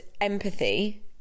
empathy